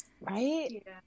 Right